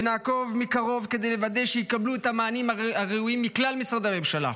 ונעקוב מקרוב ונוודא שיקבלו את המענים הראויים מכלל משרדי הממשלה.